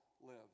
live